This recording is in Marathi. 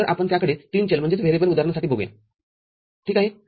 तर आपण त्याकडे तीन चल उदाहरणांसाठी बघूया ठीक आहे